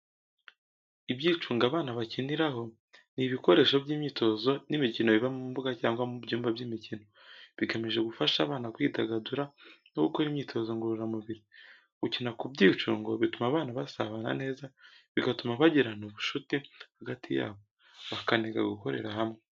Ibyicungo abana bakiniraho ni ibikoresho by'imyitozo n'imikino biba mu mbuga cyangwa mu byumba by'imikino, bigamije gufasha abana kwidagadura no gukora imyitozo ngororamubiri. Gukina ku byicungo bituma abana basabana neza, bigatuma bagirana ubucuti hagati yabo, bakaniga gukorera hamwe.